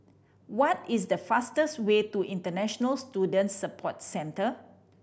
what is the fastest way to International Student Support Centre